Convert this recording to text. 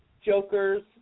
Joker's